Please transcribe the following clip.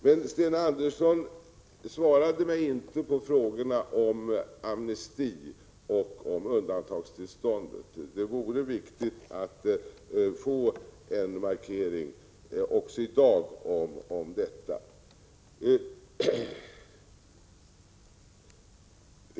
Men Sten Andersson svarade mig inte på frågorna om amnesti och om undantagstillståndet. Det vore viktigt att få en markering om detta också i dag.